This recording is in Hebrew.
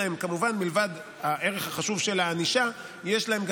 שמלבד הערך החשוב של הענישה יש להן,